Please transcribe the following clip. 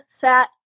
fat